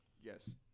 Yes